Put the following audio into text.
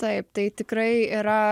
taip tai tikrai yra